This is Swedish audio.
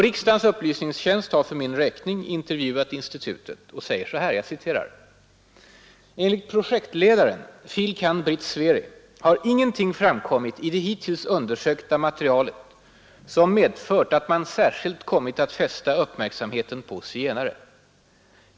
Riksdagens upplysningstjänst har för min räkning intervjuat institutet och säger: ”Enligt projektledaren, fil.kand. Britt Sveri, har ingenting framkommit i det hittills undersökta materialet som medfört att man särskilt kommit att fästa uppmärksamheten på zigenare.